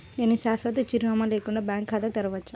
నేను శాశ్వత చిరునామా లేకుండా బ్యాంక్ ఖాతా తెరవచ్చా?